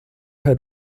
had